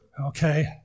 okay